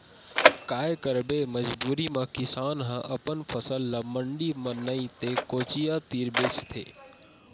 काये करबे मजबूरी म किसान ह अपन फसल ल मंडी म नइ ते कोचिया तीर बेचथे